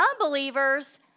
unbelievers